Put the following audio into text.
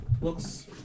looks